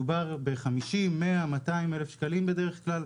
מדובר ב-50,000, 100,000, 200,000 שקלים בדרך כלל,